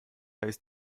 ist